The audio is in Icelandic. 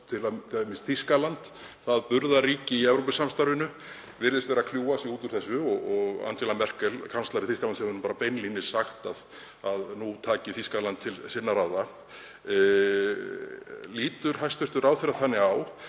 til að mynda Þýskaland, það burðarríki í Evrópusamstarfinu, virðist vera að kljúfa sig út úr þessu og Angela Merkel, kanslari Þýskalands, hefur beinlínis sagt að nú taki Þýskaland til sinna ráða. Lítur hæstv. ráðherra þannig á